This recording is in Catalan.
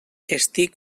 estic